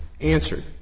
Answered